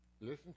listen